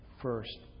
first